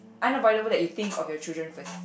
unavoidable that you think of your children first